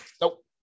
nope